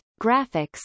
graphics